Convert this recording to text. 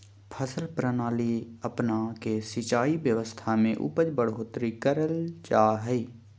फसल प्रणाली अपना के सिंचाई व्यवस्था में उपज बढ़ोतरी करल जा हइ